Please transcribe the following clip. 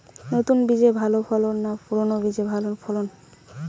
নতুন বীজে ভালো ফলন না পুরানো বীজে ভালো ফলন?